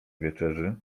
wieczerzy